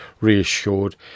reassured